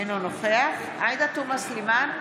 אינו נוכח עאידה תומא סלימאן,